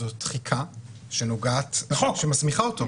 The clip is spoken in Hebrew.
זו תחיקה שמסמיכה אותו.